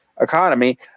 economy